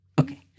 Okay